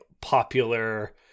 popular